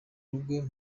rugo